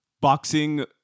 boxing